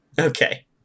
Okay